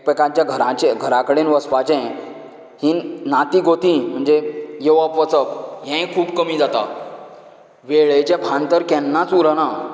एक प्रकारचे घरांचे घरां कडेन वचपाचें हीं नातीं गोतीं म्हणजे येवप वचप हें खूब कमी जाता वेळेचे भान तर केन्नाच उरना